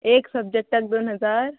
एक सब्जेक्टाक दोन हजार